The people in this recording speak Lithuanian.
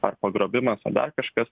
ar pagrobimas ar kažkas